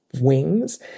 Wings